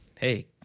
Hey